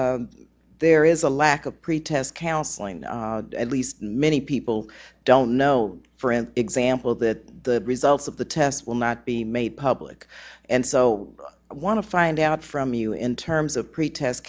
there is a lack of pretest counselling at least many people don't know for an example that the results of the tests will not be made public and so i want to find out from you in terms of pretest